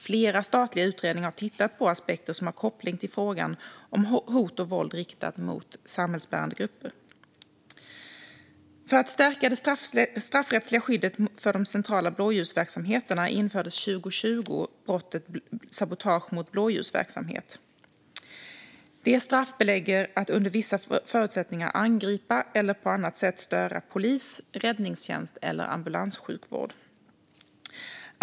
Flera statliga utredningar har tittat på aspekter som har koppling till frågan om hot och våld riktat mot samhällsbärande grupper. För att stärka det straffrättsliga skyddet för de centrala blåljusverksamheterna infördes 2020 brottet sabotage mot blåljusverksamhet. Det straffbelägger att under vissa förutsättningar angripa eller på annat sätt störa polis, räddningstjänst eller ambulanssjukvård.